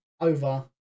over